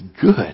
good